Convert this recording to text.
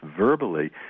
verbally